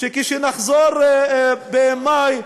שכשנחזור במאי,